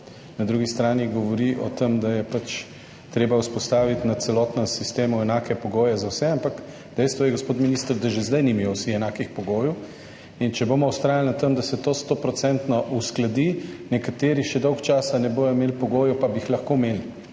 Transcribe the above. na drugi strani govori o tem, da je pač treba vzpostaviti na celotnem sistemu enake pogoje za vse. Ampak dejstvo je, gospod minister, da že zdaj nimajo vsi enakih pogojev. In če bomo vztrajali na tem, da se to 100-odstotno uskladi, nekateri še dolgo časa ne bodo imeli pogojev, pa bi jih lahko imeli,